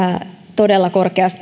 todella